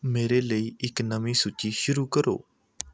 ਮੇਰੇ ਲਈ ਇੱਕ ਨਵੀਂ ਸੂਚੀ ਸ਼ੁਰੂ ਕਰੋ